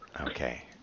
Okay